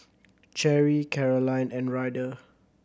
Cherry Carolyne and Ryder